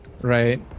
right